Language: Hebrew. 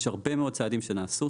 יש הרבה מאוד צעדים שנעשו,